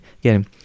Again